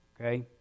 Okay